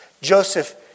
Joseph